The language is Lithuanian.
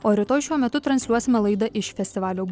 o rytoj šiuo metu transliuosime laidą iš festivalio